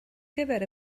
gyfer